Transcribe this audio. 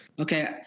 Okay